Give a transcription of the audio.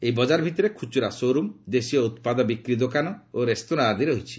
ଏହି ବଜାର ଭିତରେ ଖୁଚୁରା ଶୋ'ରୁମ୍ ଦେଶୀୟ ଉତ୍ପାଦ ବିକ୍ରି ଦୋକାନ ଓ ରେସ୍ତୋରାଁ ଆଦି ରହିଛି